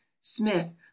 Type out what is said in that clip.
smith